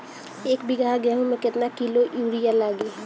एक बीगहा गेहूं में केतना किलो युरिया लागी?